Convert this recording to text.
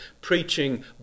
preaching